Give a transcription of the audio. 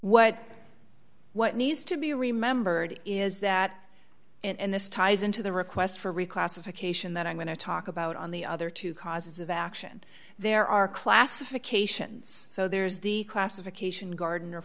what what needs to be remembered is that in this ties into the request for reclassification that i'm going to talk about on the other two causes of action there are classifications so there's the classification gardener